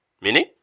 meaning